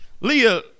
Leah